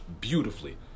beautifully